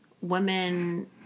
women